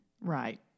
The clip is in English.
Right